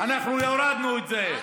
אנחנו הורדנו את זה.